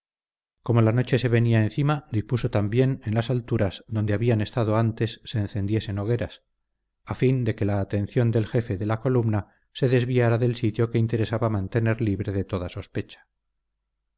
como la noche se venía encima dispuso también que en las alturas donde habían estado antes se encendiesen hogueras a fin de que la atención del jefe de la columna se desviara del sitio que interesaba mantener libre de toda sospecha